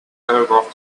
telegraph